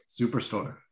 Superstore